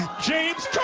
james